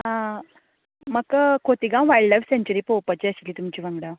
आं म्हाका Cotigao wildlife sanctuary पोवपाची आशिल्ली तुमचें वांगडा